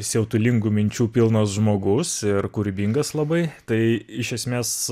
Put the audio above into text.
siautulingų minčių pilnas žmogus ir kūrybingas labai tai iš esmės